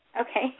Okay